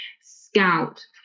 scout